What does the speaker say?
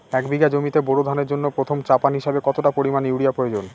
এক বিঘা জমিতে বোরো ধানের জন্য প্রথম চাপান হিসাবে কতটা পরিমাণ ইউরিয়া প্রয়োজন?